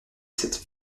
cette